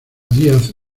díaz